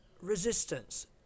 resistance